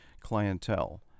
clientele